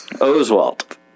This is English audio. Oswald